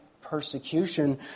persecution